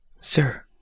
Sir